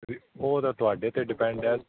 ਉਹ ਤਾਂ ਤੁਹਾਡੇ 'ਤੇ ਡਿਪੈਂਡ ਆ